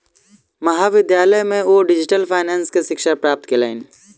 महाविद्यालय में ओ डिजिटल फाइनेंस के शिक्षा प्राप्त कयलैन